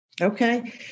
Okay